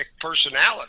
personality